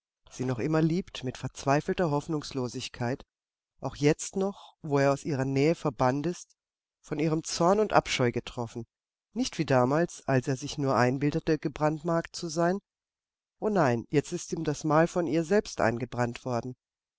sie noch immer liebt mit verzweifelter hoffnungslosigkeit auch jetzt noch wo er aus ihrer nähe verbannt ist von ihrem zorn und abscheu getroffen nicht wie damals als er sich nur einbildete gebrandmarkt zu sein o nein jetzt ist ihm das mal von ihr selbst eingebrannt worden